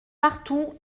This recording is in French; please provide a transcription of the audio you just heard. partout